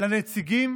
לנציגים